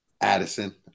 Addison